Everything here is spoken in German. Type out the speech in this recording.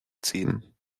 ziehen